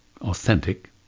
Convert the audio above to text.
authentic